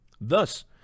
Thus